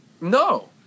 No